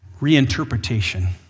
reinterpretation